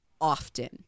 often